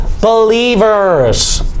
believers